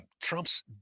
Trump's